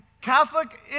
Catholic